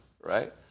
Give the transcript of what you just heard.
right